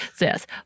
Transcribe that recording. Yes